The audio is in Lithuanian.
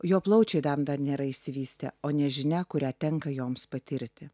jo plaučiai dam dar nėra išsivystę o nežinia kurią tenka joms patirti